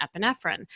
epinephrine